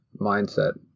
mindset